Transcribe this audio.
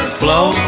flow